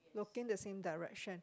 looking the same direction